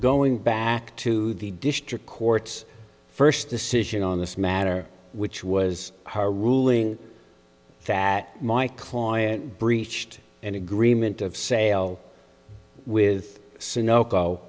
going back to the district courts first decision on this matter which was her ruling that my client breached an agreement of sale with s